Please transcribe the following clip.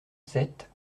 sept